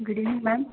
good evening ma'am